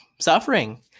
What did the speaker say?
suffering